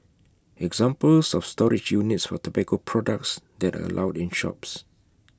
examples of storage units for tobacco products that are allowed in shops